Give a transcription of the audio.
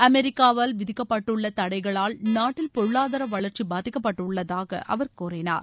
அமெரிக்காவால் விதிக்கப்பட்டுள்ள தடைகளால் நாட்டில் பொருளாதார வளர்ச்சி பாதிக்கப்பட்டுள்ளதாக அவர் கூறினார்